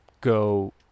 go